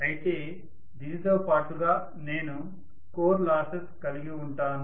అయితే దీనితో పాటుగా నేను కోర్ లాసెస్ కలిగివుంటాను